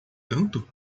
tanto